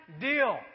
deal